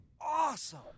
Awesome